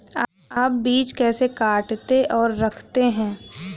आप बीज कैसे काटते और रखते हैं?